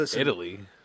Italy